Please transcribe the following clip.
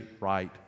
right